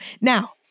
Now